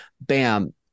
bam